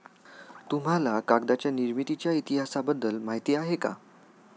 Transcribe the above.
तुम्हाला कागदाच्या निर्मितीच्या इतिहासाबद्दल माहिती आहे का?